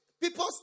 people